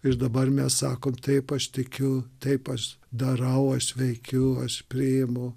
ir dabar mes sakom taip aš tikiu taip aš darau aš veikiu aš priimu